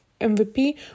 MVP